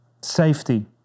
safety